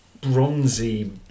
bronzy